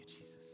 Jesus